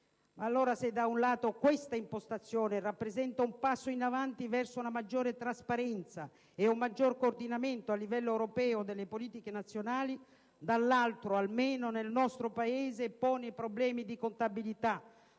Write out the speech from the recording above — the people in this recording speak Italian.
Se da un lato questa impostazione rappresenta un passo in avanti verso una trasparenza e un coordinamento maggiori a livello europeo delle politiche nazionali, dall'altro, almeno nel nostro Paese, pone problemi di compatibilità